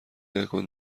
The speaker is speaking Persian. نکن